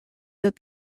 that